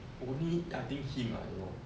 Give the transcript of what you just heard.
only I think him ah I don't know